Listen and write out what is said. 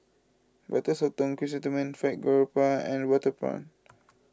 Butter Sotong Chrysanthemum Fried Garoupa and water prawn